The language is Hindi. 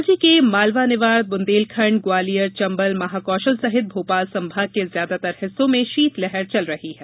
राज्य के मालवा निवाड़ बुंदेलखण्ड ग्वालियर चंबल महाकौशल सहित भोपाल संभाग के ज्यादातर हिस्सों में शीतलहर चल रही है